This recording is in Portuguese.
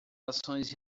ações